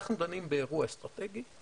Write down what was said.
אנחנו דנים באירוע אסטרטגי.